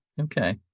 okay